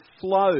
flow